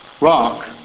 rock